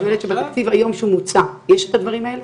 בתקציב היום המוצע יש את הדברים האלה?